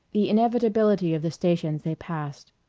the inevitability of the stations they passed.